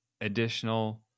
additional